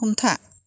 हमथा